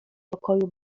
pokoju